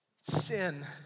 sin